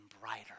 brighter